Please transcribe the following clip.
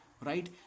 Right